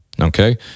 Okay